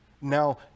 Now